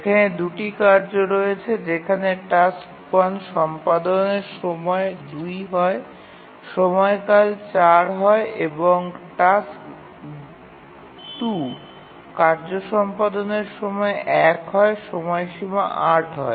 এখানে ২ টি কার্য রয়েছে যেখানে টাস্ক ১ সম্পাদন সময় ২ হয় সময়কাল ৪ হয় এবং টাস্ক ২ কার্য সম্পাদনের সময় ১ হয় সময়সীমা ৮ হয়